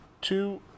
two